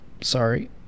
sorry